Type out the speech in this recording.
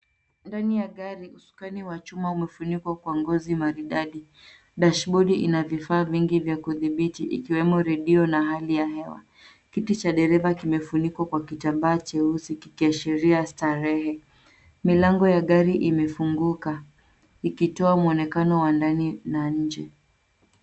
Ndani ya gari, usukani wa chuma umefunikwa kwa ngozi maridadi. Dashibodi ina vifaa vingi vya kudhibiti, ikiwemo redio na hali ya hewa. Kiti cha dereva kimefunikwa kwa kitambaa cheusi kikiashiria starehe. Milango ya gari imefunguka, ikitoa mwonekano wa ndani na nje.